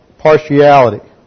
Partiality